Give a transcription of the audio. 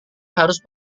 harus